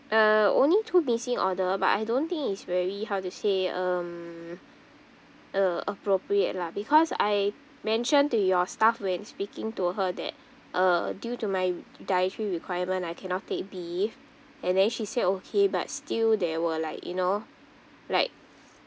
uh only two missing order but I don't think is very how to say um uh appropriate lah because I mentioned to your staff when speaking to her that uh due to my dietary requirement I cannot take beef and then she said okay but still there were like you know like